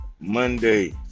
Monday